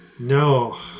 No